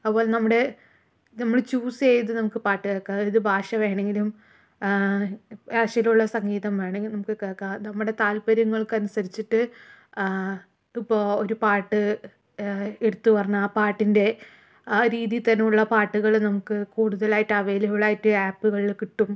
അതുപോലെ നമ്മുടെ നമ്മള് ചൂസ് ചെയ്ത് നമുക്ക് പാട്ട് കേക്കാം ഏത് ഭാഷ വേണെങ്കിലും സംഗീതം വേണമെങ്കിൽ നമ്മ്ക്ക് കേൾക്കാം നമ്മടെ താല്പര്യങ്ങള്ക്ക് അനുസരിച്ചിട്ട് ഇപ്പോൾ ഒരു പാട്ട് എടുത്ത് പറഞ്ഞാൽ ആ പാട്ടിന്റെ ആ രീതിയിൽ തന്നെ ഉള്ള പാട്ടുകള് നമുക്ക് കൂടുതലായിട്ട് അവൈലബിളായിട്ട് ആപ്പുകളില് കിട്ടും